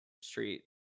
street